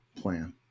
plan